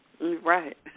right